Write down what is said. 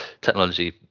technology